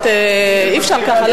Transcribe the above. לומר, אי-אפשר ככה.